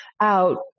out